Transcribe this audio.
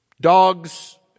dogs